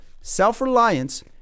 Self-Reliance